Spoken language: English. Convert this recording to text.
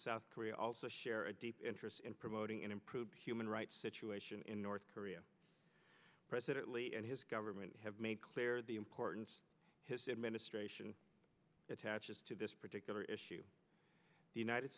south korea also share a deep interest in promoting an improved human rights situation in north korea president lee and his government have made clear the importance his administration attaches to this particular issue the united